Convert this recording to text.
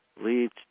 leads